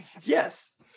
Yes